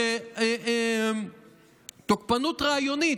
שתוקפנות רעיונית,